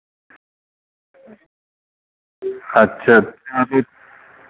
ᱟᱪᱪᱷᱟ ᱟᱪᱪᱷᱟ ᱵᱩᱡᱽ